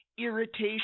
irritation